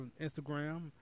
instagram